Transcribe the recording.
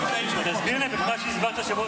תסביר להם את מה שהסברת השבוע,